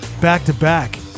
back-to-back